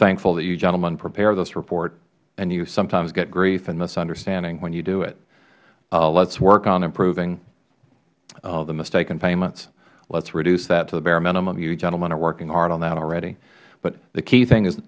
thankful that you gentlemen prepared this report and you sometimes get grief and misunderstanding when you do it let's work on improving the mistake in payments let's reduce that to the bare minimum you gentlemen are working hard on that already but the key thing